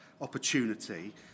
opportunity